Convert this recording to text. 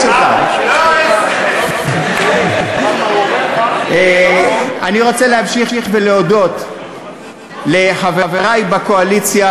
לפני שנה עמדת כאן להודות לאנשי האוצר,